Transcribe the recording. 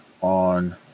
on